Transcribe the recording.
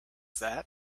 that